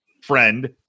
friend